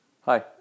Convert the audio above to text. hi